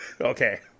Okay